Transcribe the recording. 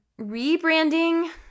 rebranding